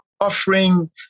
offering